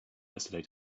yesterday